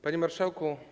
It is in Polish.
Panie Marszałku!